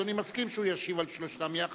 אדוני מסכים שהוא ישיב על שלושתן יחד?